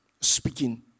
Speaking